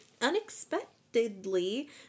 unexpectedly